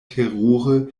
terure